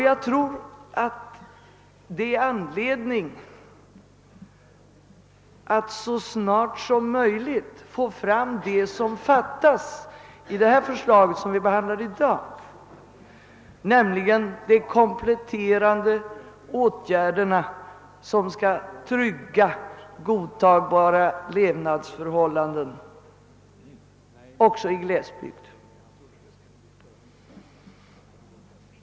Jag tror det finns anledning att så snart som möjligt få ta ställning till det som fattas beträffande de förslag vi behandlar i dag, nämligen att vidta de kompletterande åtgärder som skall trygga godtagbara levnadsförhållanden också i glesbygderna.